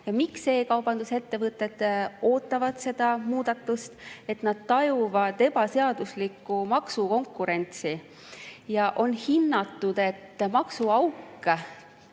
Miks kaubandusettevõtted ootavad seda muudatust? Nad tajuvad ebaseaduslikku maksukonkurentsi ja on hinnatud, et maksuauke